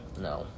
no